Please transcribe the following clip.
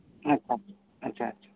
ᱟᱪᱪᱷᱟ ᱟ ᱪᱪᱷᱟ ᱟᱪᱪᱷᱟ ᱟᱪᱪᱷᱟ